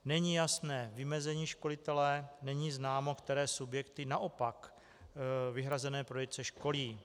Není jasné vymezení školitele, není známo, které subjekty naopak vyhrazené prodejce školí.